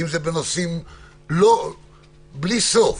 בלי סוף.